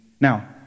Now